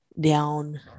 down